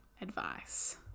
advice